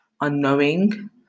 unknowing